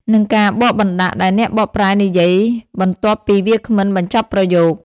និងការបកបណ្ដាក់ ដែលអ្នកបកប្រែនិយាយបន្ទាប់ពីវាគ្មិនបញ្ចប់ប្រយោគ។